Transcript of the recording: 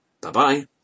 Bye-bye